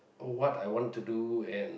to what I want to do